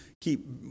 keep